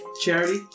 Charity